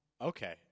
Okay